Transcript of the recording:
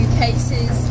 cases